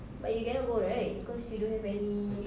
but you cannot go right because you don't have any